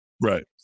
Right